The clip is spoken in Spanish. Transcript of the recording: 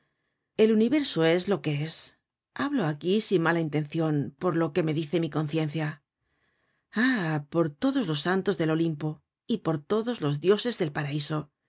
el universo es lo que es hablo aquí sin mala intencion por lo que me dice mi conciencia ah por todos los santos del olimpo y por todos los dioses del paraiso